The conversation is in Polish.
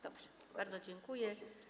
Dobrze, bardzo dziękuję.